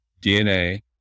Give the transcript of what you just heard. DNA